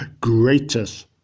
greatest